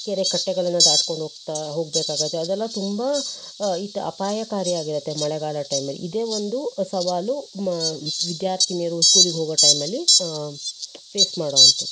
ಕೆರೆಕಟ್ಟೆಗಳನ್ನು ದಾಟ್ಕೊಂಡು ಹೋಗ್ತಾ ಹೋಗಬೇಕಾಗತ್ತೆ ಅದೆಲ್ಲ ತುಂಬ ಈ ಥರ ಅಪಾಯಕಾರಿಯಾಗಿರುತ್ತೆ ಮಳೆಗಾಲದ ಟೈಮಲ್ಲಿ ಇದೆ ಒಂದು ಸವಾಲು ಮ ವಿದ್ಯಾರ್ಥಿನಿಯರು ಸ್ಕೂಲಿಗೆ ಹೋಗೋ ಟೈಮಲ್ಲಿ ಫೇಸ್ ಮಾಡುವಂತದ್ದು